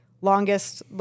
longest